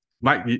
Mike